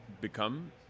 become